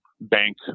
Bank